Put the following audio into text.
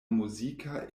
muzika